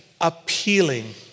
appealing